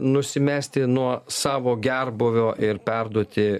nusimesti nuo savo gerbūvio ir perduoti